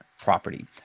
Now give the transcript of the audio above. property